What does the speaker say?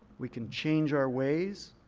we can change our ways.